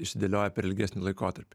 išsidėlioja per ilgesnį laikotarpį